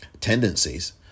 tendencies